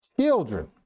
children